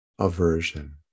aversion